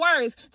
words